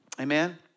Amen